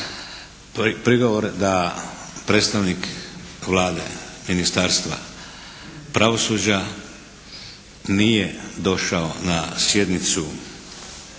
prigovor da predstavnik Vlade, Ministarstva pravosuđa nije došao na sjednicu